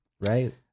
right